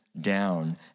down